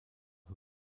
who